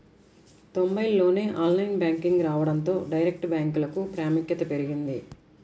తొంబైల్లోనే online banking రావడంతో direct బ్యాంకులకు ప్రాముఖ్యత పెరిగింది